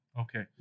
Okay